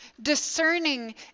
discerning